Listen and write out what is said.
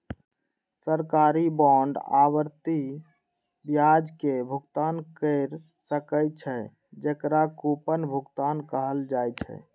सरकारी बांड आवर्ती ब्याज के भुगतान कैर सकै छै, जेकरा कूपन भुगतान कहल जाइ छै